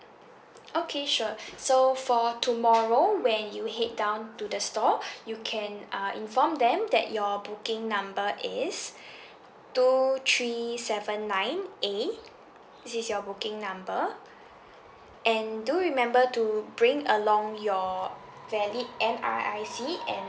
okay sure so for tomorrow when you head down to the store you can uh inform them that your booking number is two three seven nine A this is your booking number and do remember to bring along your valid N_R_I_C and